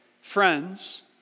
Friends